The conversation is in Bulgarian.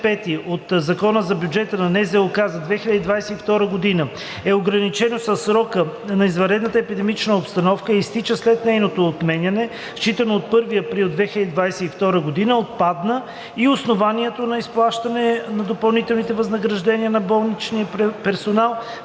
от Закона за бюджета на НЗОК за 2022 г. е ограничено със срока на извънредна епидемична обстановка и изтича след нейното отменяне, считано от 1 април 2022 г. отпада и основанието за изплащане на допълнителните възнаграждения на болничния персонал,